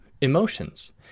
emotions